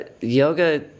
yoga